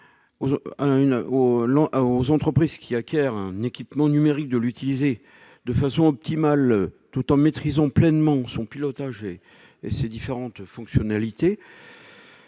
à l'entreprise qui acquiert un équipement numérique de l'utiliser de manière optimale, en maîtrisant pleinement son pilotage et ses différentes fonctionnalités